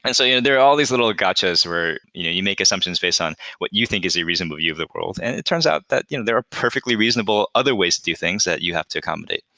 and so yeah there are all these little gotchas where you make assumptions based on what you think is a reasonable view of the world, and it turns out that you know there are perfectly reasonable, other ways to do things that you have to accommodate.